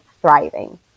thriving